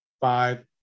five